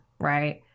right